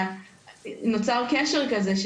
נוצר קשר כזה,